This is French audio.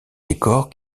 décors